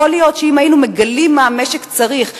יכול להיות שאם היינו מגלים מה המשק צריך,